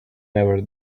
never